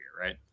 Right